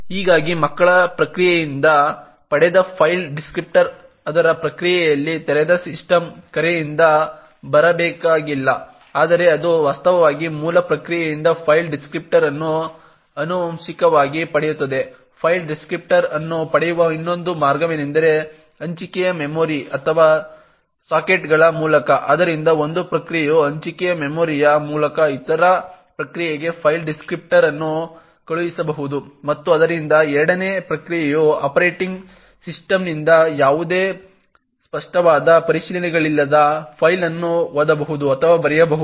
ಹೀಗಾಗಿ ಮಕ್ಕಳ ಪ್ರಕ್ರಿಯೆಯಿಂದ ಪಡೆದ ಫೈಲ್ ಡಿಸ್ಕ್ರಿಪ್ಟರ್ ಅದರ ಪ್ರಕ್ರಿಯೆಯಲ್ಲಿ ತೆರೆದ ಸಿಸ್ಟಮ್ ಕರೆಯಿಂದ ಬರಬೇಕಾಗಿಲ್ಲ ಆದರೆ ಅದು ವಾಸ್ತವವಾಗಿ ಮೂಲ ಪ್ರಕ್ರಿಯೆಯಿಂದ ಫೈಲ್ ಡಿಸ್ಕ್ರಿಪ್ಟರ್ ಅನ್ನು ಆನುವಂಶಿಕವಾಗಿ ಪಡೆಯುತ್ತದೆ ಫೈಲ್ ಡಿಸ್ಕ್ರಿಪ್ಟರ್ ಅನ್ನು ಪಡೆಯುವ ಇನ್ನೊಂದು ಮಾರ್ಗವೆಂದರೆ ಹಂಚಿಕೆಯ ಮೆಮೊರಿ ಅಥವಾ ಸಾಕೆಟ್ಗಳ ಮೂಲಕ ಆದ್ದರಿಂದ ಒಂದು ಪ್ರಕ್ರಿಯೆಯು ಹಂಚಿಕೆಯ ಮೆಮೊರಿಯ ಮೂಲಕ ಇತರ ಪ್ರಕ್ರಿಯೆಗೆ ಫೈಲ್ ಡಿಸ್ಕ್ರಿಪ್ಟರ್ ಅನ್ನು ಕಳುಹಿಸಬಹುದು ಮತ್ತು ಆದ್ದರಿಂದ ಎರಡನೇ ಪ್ರಕ್ರಿಯೆಯು ಆಪರೇಟಿಂಗ್ ಸಿಸ್ಟಂನಿಂದ ಯಾವುದೇ ಸ್ಪಷ್ಟವಾದ ಪರಿಶೀಲನೆಗಳಿಲ್ಲದೆ ಫೈಲ್ ಅನ್ನು ಓದಬಹುದು ಅಥವಾ ಬರೆಯಬಹುದು